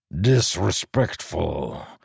Disrespectful